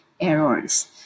errors